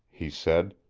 he said,